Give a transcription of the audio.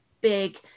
big